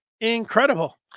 Incredible